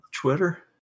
Twitter